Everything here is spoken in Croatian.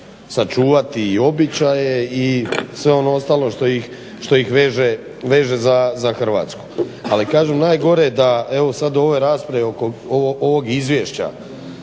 sačuvati i običaje i sve ono ostalo što ih veže za Hrvatsku. Ali kažem najgore evo sada u ovoj raspravi oko ovog izvješća